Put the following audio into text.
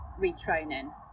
retraining